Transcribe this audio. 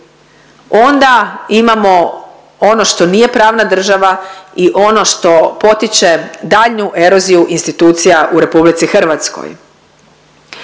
onda imamo ono što nije pravna država i ono što potiče daljnju eroziju institucija u RH. Na tom